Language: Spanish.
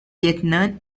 vietnam